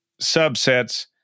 subsets